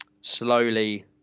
slowly